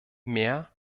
mehr